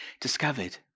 discovered